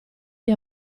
gli